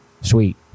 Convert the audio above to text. Sweet